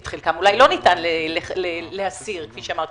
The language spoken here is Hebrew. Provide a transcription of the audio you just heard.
את חלקם אולי לא ניתן להסיר כפי שאמרתי,